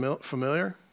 familiar